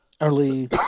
early